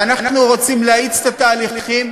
ואנחנו רוצים להאיץ את התהליכים,